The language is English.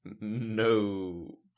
no